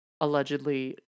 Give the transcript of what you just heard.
allegedly